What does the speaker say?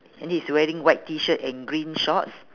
and he's wearing white T-shirt and green shorts